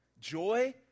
Joy